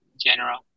general